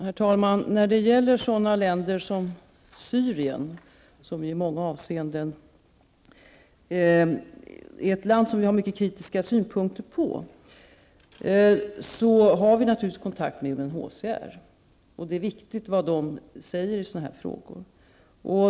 Herr talman! När det gäller länder som Syrien, ett land som vi i många avseenden har mycket kritiska synpunkter på, har vi naturligtvis kontakt med UNHCR, och vad de säger i sådana här frågor är viktigt.